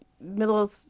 Middle